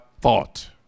thought